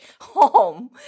home